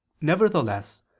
Nevertheless